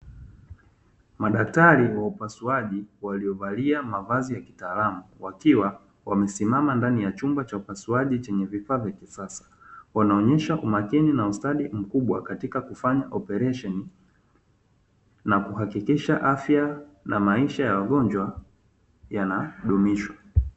Madaktari wa upasuaji waliovalia mavazi ya kitaalamu, wakiwa wamesimama ndani ya chumba cha upasuaji chenye vifaa vya kisasa, wanaonyesha kwa umakini na ustadi mkubwa katika kufanya operesheni na kuhakikisha afya na maisha ya wagonjwa yanadumishwa.